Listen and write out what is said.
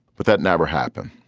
but that never happened.